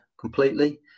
completely